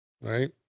right